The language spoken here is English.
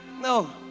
No